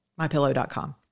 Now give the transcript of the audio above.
mypillow.com